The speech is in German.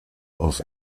auf